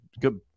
Good